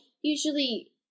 usually